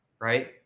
right